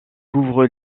couvre